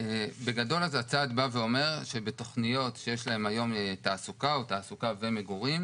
בגדול הצעד אומר שבתוכניות שיש להן היום תעסוקה או תעסוקה ומגורים,